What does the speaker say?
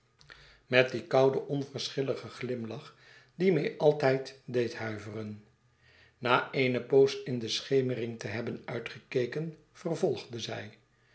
met dien kouden onverschilligen glimlach die mij altijd deed huiveren na eene poos in de schemering te hebben uitgekeken vervolgde zij